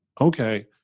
okay